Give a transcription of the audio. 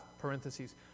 parentheses